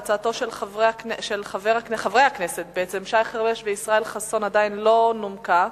והצעתם של חברי הכנסת שי חרמש וישראל חסון עדיין לא נומקה.